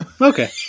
Okay